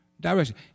direction